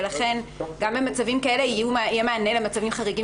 ולכן גם במצבים כאלה יהיה מענה למצבים חריגים